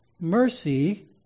mercy